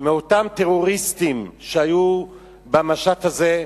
מאותם טרוריסטים שהיו במשט הזה,